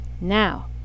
Now